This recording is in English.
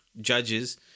judges